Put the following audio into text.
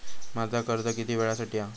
माझा कर्ज किती वेळासाठी हा?